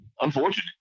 unfortunate